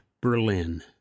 Berlin